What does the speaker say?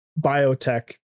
biotech